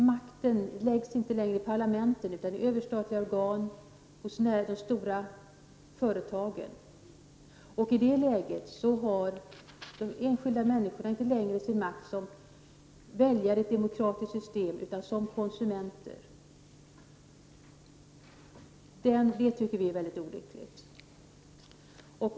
Makten läggs inte längre i parlamenten, utan i överstatliga organ och hos de stora företagen. I det läget har de enskilda människorna inte längre sin makt som väljare i ett demokratiskt system, utan som konsumenter. Det tycker vi är mycket olyckligt.